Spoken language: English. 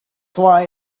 why